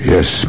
Yes